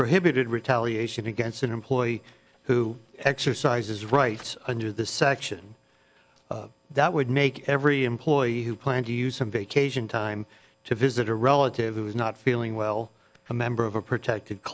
prohibited retaliation against an employee who exercises rights under the section that would make every employee who planned to use some vacation time to visit a relative who is not feeling well a member of a protected